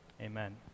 Amen